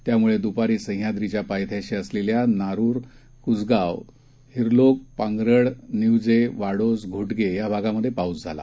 त्यामुळेद्पारीसह्याद्रीच्यापायथ्याशीअसलेल्यानारुर कुसगाव हिलोंक पांग्रड निवजे वाडोस घोटगेयाभागातपाऊसझाला